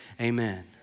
amen